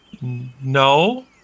No